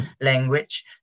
language